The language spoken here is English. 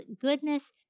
goodness